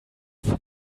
vom